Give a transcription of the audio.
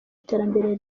iterambere